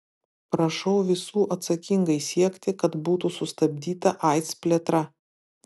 prašau visų atsakingai siekti kad būtų sustabdyta aids plėtra